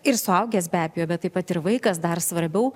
ir suaugęs be abejo bet taip pat ir vaikas dar svarbiau